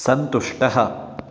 सन्तुष्टः